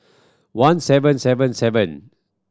one seven seven seven